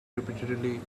repeatedly